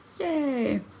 Yay